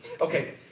Okay